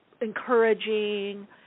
encouraging